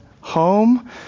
home